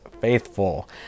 faithful